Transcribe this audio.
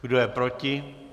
Kdo je proti?